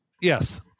yes